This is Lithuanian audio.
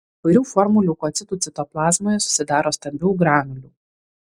įvairių formų leukocitų citoplazmoje susidaro stambių granulių